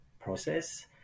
process